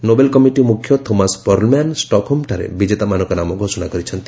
Nobel committee ମୁଖ୍ୟ Thomas Perlmann ଷ୍ଟକହୋମଠାରେ ବିଜେତାମାନଙ୍କ ନାମ ଘୋଷଣା କରିଛନ୍ତି